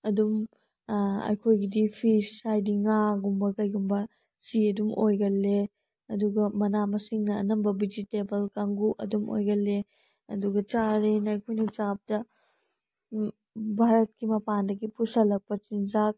ꯑꯗꯨꯝ ꯑꯩꯈꯣꯏꯒꯤꯗꯤ ꯐꯤꯁ ꯍꯥꯏꯗꯤ ꯉꯥ ꯒꯨꯝꯕ ꯀꯩꯒꯨꯝꯕꯁꯦ ꯑꯗꯨꯝ ꯑꯣꯏꯒꯜꯂꯦ ꯑꯗꯨꯒ ꯃꯅꯥ ꯃꯁꯤꯡꯅ ꯑꯅꯝꯕ ꯕꯤꯖꯤꯇꯦꯕꯜ ꯀꯥꯡꯕꯨ ꯑꯗꯨꯝ ꯑꯣꯏꯒꯜꯂꯦ ꯑꯗꯨꯒ ꯆꯥꯔꯦꯅ ꯑꯩꯈꯣꯏꯅ ꯆꯥꯕꯗ ꯚꯥꯔꯠꯀꯤ ꯃꯄꯥꯟꯗꯒꯤ ꯄꯨꯁꯤꯜꯂꯛꯄ ꯆꯤꯟꯖꯥꯛ